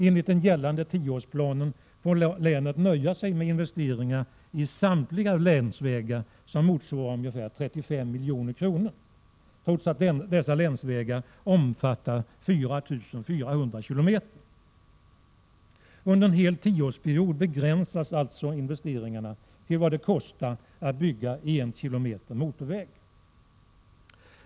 Enligt den gällande tioårsplanen får länet nöja sig med investeringar i samtliga länsvägar som motsvarar ca 35 milj.kr., trots att dessa vägar omfattar 4 400 km. Under en hel tioårsperiod begränsas investeringarna alltså till vad det kostar att bygga en kilometer motorväg.